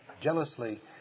jealously